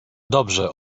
dobrze